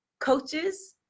coaches